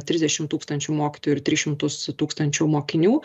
trisdešimt tūkstančių mokytojų ir tris šimtus tūkstančių mokinių